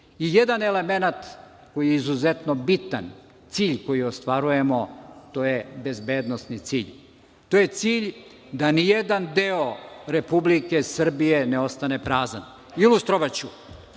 I jedan elemenat koji je izuzetno bitan, cilj koji ostvarujemo, to je bezbednosni cilj. To je cilj da ni jedan deo Republike Srbije ne ostane prazan. Ilustrovaću.